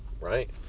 Right